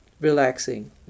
relaxing